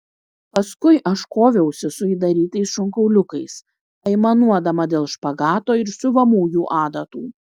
paskui aš koviausi su įdarytais šonkauliukais aimanuodama dėl špagato ir siuvamųjų adatų